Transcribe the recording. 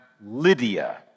Lydia